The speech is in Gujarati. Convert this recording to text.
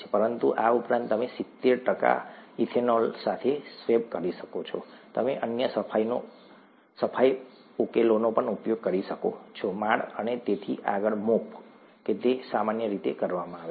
પરંતુ આ ઉપરાંત તમે સિત્તેર ટકા ઇથેનોલ સાથે સ્વેબ કરી શકો છો તમે અન્ય સફાઈ ઉકેલોનો ઉપયોગ કરી શકો છો માળ અને તેથી આગળ mop તે સામાન્ય રીતે કરવામાં આવે છે